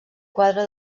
quadre